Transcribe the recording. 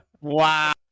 Wow